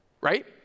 right